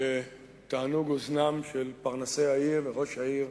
לתענוג אוזנם של פרנסי העיר, ראש העיר,